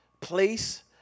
place